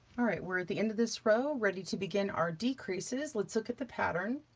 all right, we're at the end of this row, ready to begin our decreases. let's look at the pattern.